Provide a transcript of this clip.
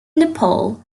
nepal